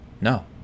no